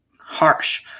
harsh